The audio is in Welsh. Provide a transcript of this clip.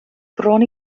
bron